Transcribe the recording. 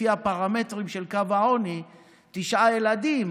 לפי הפרמטרים של קו העוני: תשעה ילדים,